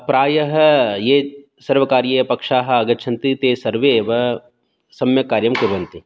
प्रायः ये सर्वकारीयपक्षाः आगच्छन्ति ते सर्वे एव सम्यक् कार्यं कुर्वन्ति